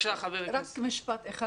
רק משפט אחד,